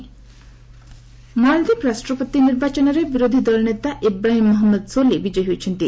ମାଳଦ୍ୱୀପ ମାଳଦ୍ୱୀପ ରାଷ୍ଟ୍ରପତି ନିର୍ବାଚନରେ ବିରୋଧି ଦଳ ନେତା ଇବ୍ରାହିମ୍ ମହମ୍ମଦ ସୋଲି ବିଜୟୀ ହୋଇଛନ୍ତି